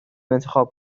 انتخاب